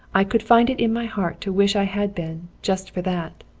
i could find it in my heart to wish i had been, just for that.